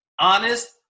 Honest